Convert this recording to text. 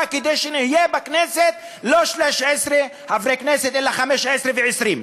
כדי שנהיה בכנסת לא 13 חברי כנסת אלא 15 ו-20.